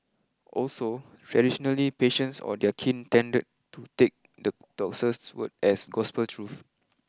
also traditionally patients or their kin tended to take the doctor's word as gospel truth